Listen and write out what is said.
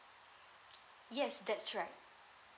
yes that's right